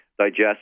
digest